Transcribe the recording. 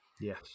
yes